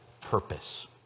purpose